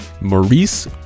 Maurice